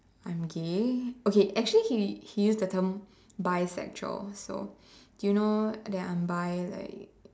I'm gay okay actually he he used the term bisexual so do you know that I'm Bi like